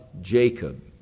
Jacob